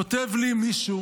כותב לי מישהו